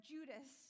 Judas